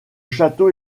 château